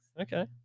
okay